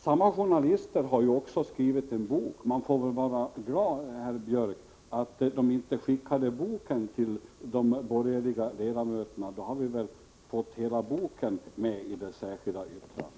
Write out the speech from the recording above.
Samma journalister har även skrivit en bok. Man får vara glad, herr Björck, över att de inte har skickat boken till de borgerliga ledamöterna. Då hade vi väl fått hela boken med i ert särskilda yttrande.